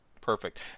Perfect